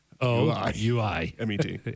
O-U-I-M-E-T